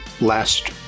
last